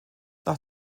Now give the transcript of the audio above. nach